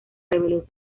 rebelión